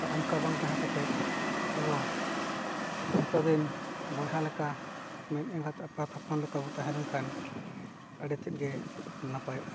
ᱛᱚ ᱚᱱᱠᱟ ᱵᱟᱝ ᱛᱟᱦᱮᱸ ᱠᱟᱛᱮᱫ ᱟᱵᱚ ᱡᱚᱛᱚᱫᱤᱱ ᱵᱚᱭᱦᱟ ᱞᱮᱠᱟ ᱢᱤᱫ ᱮᱸᱜᱟᱛ ᱟᱯᱟᱛ ᱦᱚᱯᱚᱱ ᱞᱮᱠᱟᱵᱚᱱ ᱛᱟᱦᱮᱸ ᱞᱮᱱᱠᱷᱟᱱ ᱟᱹᱰᱤ ᱛᱮᱫᱼᱜᱮ ᱱᱟᱯᱟᱭᱚᱜᱼᱟ